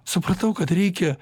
supratau kad reikia